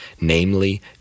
namely